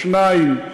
השנייה,